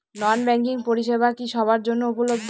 নন banking পরিষেবা কি সবার জন্য উপলব্ধ?